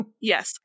Yes